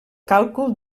càlcul